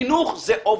חינוך זה obvious.